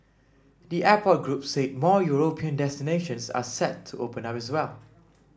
the airport group said more European destinations are set to open up as well